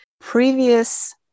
previous